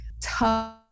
tough